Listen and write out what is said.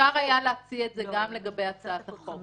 אפשר היה להציע את זה גם לגבי הצעת החוק.